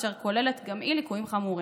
אשר כוללת גם היא ליקויים חמורים.